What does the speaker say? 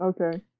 Okay